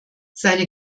seine